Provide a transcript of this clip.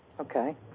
Okay